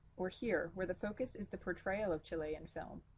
or here, where the focus is the portrayal of chile in film.